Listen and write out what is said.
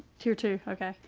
tier two, okay.